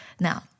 Now